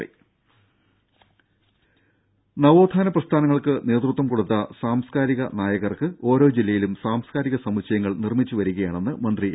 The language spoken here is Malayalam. രുര നവോത്ഥാന പ്രസ്ഥാനങ്ങൾക്ക് നേതൃത്വം കൊടുത്ത സാംസ്കാരിക നായകർക്ക് ഓരോ ജില്ലയിലും സാംസ്കാരിക സമുച്ചയങ്ങൾ നിർമ്മിച്ച് വരികയാണെന്ന് മന്ത്രി എ